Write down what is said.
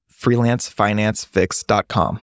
FreelanceFinanceFix.com